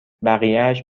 بقیهاش